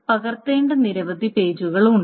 ഒന്നാമതായി പകർത്തേണ്ട നിരവധി പേജുകൾ ഉണ്ട്